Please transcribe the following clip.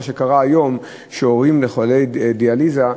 מה שקורה היום הוא שהורים לחולי דיאליזה,